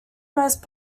most